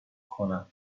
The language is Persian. کنم